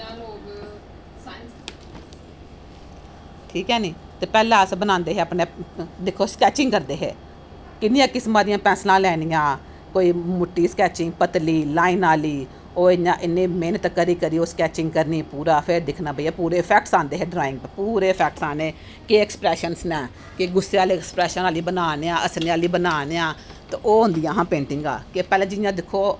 ठीक ऐ नेई पहले अस बनांदे अपने दिक्खो स्कैचिंग करदे है किन्नियां किस्मां दियां पैंसंला लैनियां कोई मुट्टी स्कैचिंग पतली लाइन आहली ओह् इयां इन्नी मैहनत करी करी ओह् स्कैचिंग करनी पूरा फिर दिक्खना भैया पूरे फैक्टस आंदे हे ड्रांइग उप्पर पूरे इफैक्टस आने केह् एक्सप्रेशनस ना गुस्से आहले हली बनाए ने हां हस्सने आहले बी पैहलें जियां दिक्खो